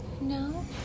No